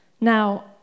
Now